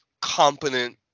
competent